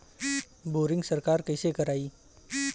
Boring सरकार कईसे करायी?